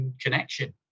connection